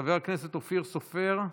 חבר הכנסת אופיר סופר,